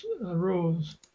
rose